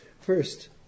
First